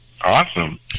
awesome